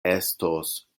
estos